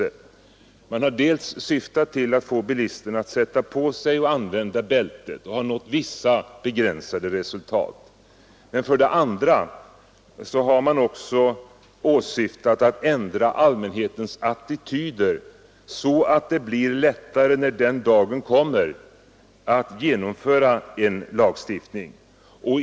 De har först och främst syftat till att få bilisterna att sätta på sig och använda bältet, och på den punkten har man nått vissa, begränsade resultat. Men kampanjerna har också syftat till att ändra allmänhetens attityd, så att det när den dagen kommer blir lättare att genomföra en lagstiftning.